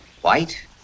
White